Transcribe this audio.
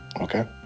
Okay